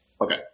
Okay